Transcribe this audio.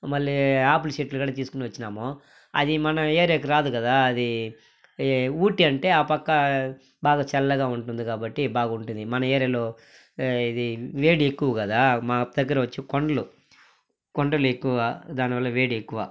మళ్ళీ యాపిల్ చెట్లు కూడా తీసుకొని వచ్చినాము అది మన ఏరియాకి రాదుకదా అది ఊటీ అంటే ఆ పక్క బాగా చల్లగా ఉంటుంది కాబట్టి బాగుంటుంది మన ఏరియాలో వేడి ఎక్కువ కదా మా దగ్గర వచ్చి కొండలు కొండలు ఎక్కువ దానివల్ల వేడి ఎక్కువ